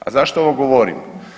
A zašto ovo govorim?